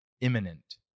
imminent